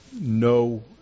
no